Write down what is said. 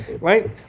right